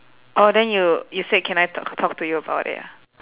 orh then you you said can I talk talk to you about it